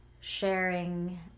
sharing